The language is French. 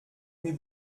mais